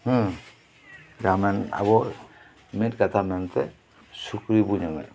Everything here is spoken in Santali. ᱡᱟᱦᱟᱸ ᱢᱮᱱ ᱟᱵᱚ ᱢᱤᱫ ᱠᱟᱛᱷᱟ ᱢᱮᱱᱛᱮ ᱥᱩᱠᱨᱤ ᱵᱚ ᱡᱚᱢᱮᱫ ᱠᱚ